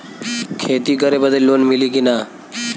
खेती करे बदे लोन मिली कि ना?